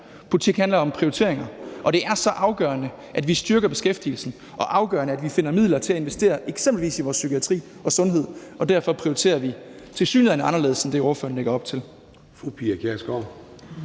politik handler om prioriteringer, og det er så afgørende, at vi styrker beskæftigelsen, og afgørende, at vi finder midler til at investere eksempelvis i vores psykiatri og sundhedsvæsen. Og derfor prioriterer vi tilsyneladende anderledes end det, som ordføreren lægger op til.